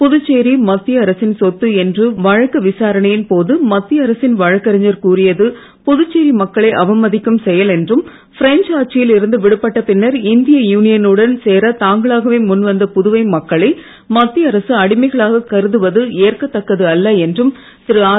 புதுச்சேரி மத்திய அரசின் சொத்து என்று வழக்கு விசாரணையின் போது மத்திய அரசின் வழக்கறிஞர் கூறியது புதுச்சேரி மக்களை அவமதிக்கும் செயல் என்றும் பிரெஞ்ச் ஆட்சியில் இருந்து விடுபட்ட பின்னர் இந்திய யூனியனுடன் சேரத் தாங்களாகவே முன்வந்த புதுவை மக்களை மத்திய அரசு அடிமைகளாகக் கருதுவது ஏற்கத்தக்கது அல்ல என்றும் திரு ஆர்